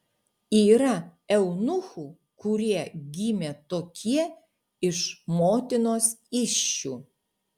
yra eunuchų kurie gimė tokie iš motinos įsčių